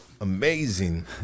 amazing